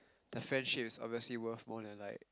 the friendship is obviously worth more than like